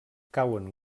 cauen